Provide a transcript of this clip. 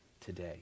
today